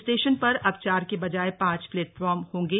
station पर अब चार के बजाय पांच प्लेटफार्म होंगे